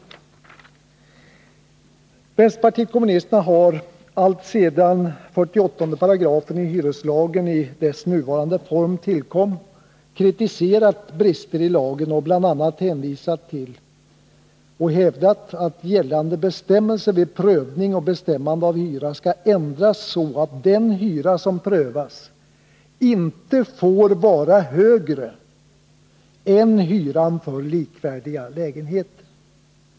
Vänsterpartiet kommunisterna har alltsedan 48 § i hyreslagen i dess nuvarande form tillkom kritiserat brister i lagen och bl.a. hävdat att gällande bestämmelser vid prövning och bestämmande av hyra skall ändras så att den hyra som prövas inte får vara högre än hyran för likvärdiga lägenheter.